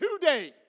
today